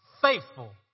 faithful